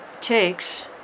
takes